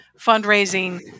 fundraising